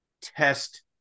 test